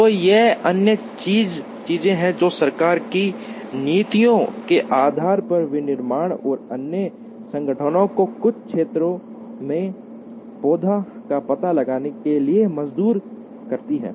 तो ये अन्य चीजें हैं जो सरकार की नीतियों के आधार पर विनिर्माण और अन्य संगठनों को कुछ क्षेत्रों में पौधों का पता लगाने के लिए मजबूर करती हैं